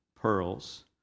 Pearls